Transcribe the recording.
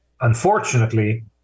unfortunately